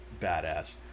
badass